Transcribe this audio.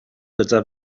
gyda